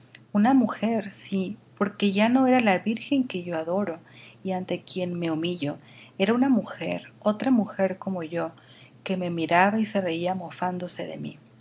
una mujer sí porque ya no era la virgen que yo adoro y ante quien me humillo era una mujer otra mujer como yo que me miraba y se reía mofándose de mí